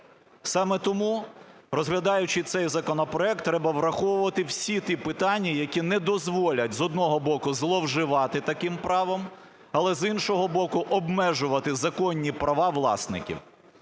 Саме тому, розглядаючи цей законопроект, треба враховувати всі ті питання, які не дозволять, з одного боку, зловживати таким правом, але, з іншого боку, обмежувати законні права власників.